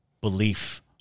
belief